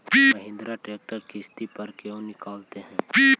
Mahindra tractor किसति पर क्यों निकालते हैं?